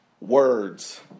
words